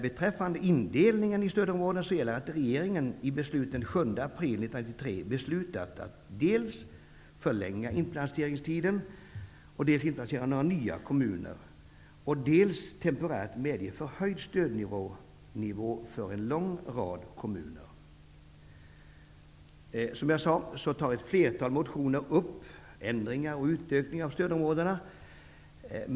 Beträffande indelningen i stödområden kan väl sägas att regeringen i beslut den 7 april 1993 beslutat att dels förlänga inplaceringstiden, dels inplacera några nya kommuner, dels temporärt medge förhöjd stödnivå för en lång rad kommuner. Som jag sade, gäller ett flertal motioner ändring och utökning av stödområdena.